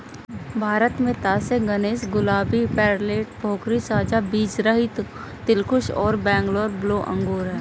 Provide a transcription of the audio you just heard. भारत में तास ए गणेश, गुलाबी, पेर्लेट, भोकरी, साझा बीजरहित, दिलखुश और बैंगलोर ब्लू अंगूर हैं